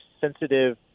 sensitive